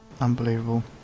Unbelievable